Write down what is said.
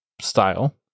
style